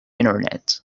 internet